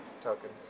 tokens